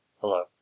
Hello